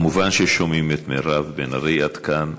כמובן ששומעים את מירב בן ארי עד כאן.